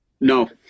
No